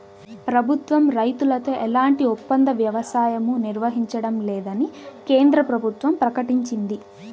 ప్రభుత్వం రైతులతో ఎలాంటి ఒప్పంద వ్యవసాయమూ నిర్వహించడం లేదని కేంద్ర ప్రభుత్వం ప్రకటించింది